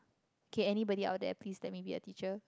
K anybody out there please let me be a teacher